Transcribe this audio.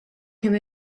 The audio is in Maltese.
kemm